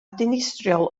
dinistriol